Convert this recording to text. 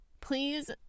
please